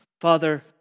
Father